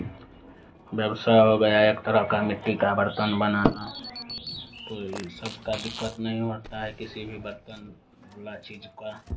व्यवसाय हो गया एक तरह का मिट्टी का बर्तन बनाना तो ये इस सब का दिक्कत नहीं होता है किसी भी बर्तन वाला चीज़ का